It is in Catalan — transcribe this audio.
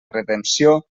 redempció